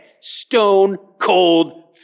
stone-cold